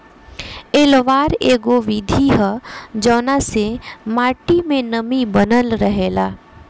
पलवार एगो विधि ह जवना से माटी मे नमी बनल रहेला